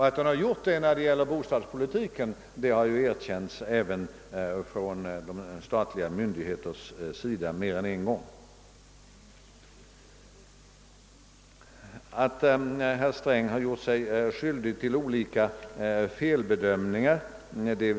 Att så skett när det gäller bostadspolitiken har ju erkänts även av statliga myndigheter mer än en gång. Vi känner också till att herr Sträng byggen. Därför var denna felbedömning ar.